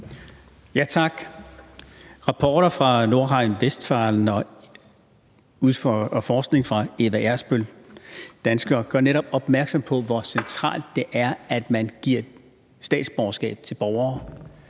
Tak. Rapporter fra Nordrhein-Westfalen og forskning fra Eva Ersbøll, der er dansker, gør netop opmærksom på, hvor centralt det er, at man giver statsborgerskab til borgere